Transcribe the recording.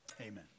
Amen